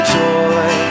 joy